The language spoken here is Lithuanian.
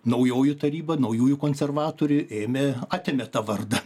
naujoji taryba naujųjų konservatorių ėmė atėmė tą vardą